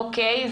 אוקיי,